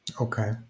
Okay